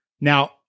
Now